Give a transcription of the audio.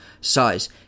size